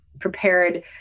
prepared